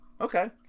okay